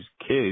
kids